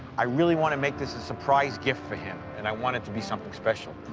i really want to make this a surprise gift for him and i want it to be something special.